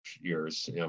years